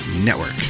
network